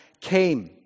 came